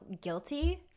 guilty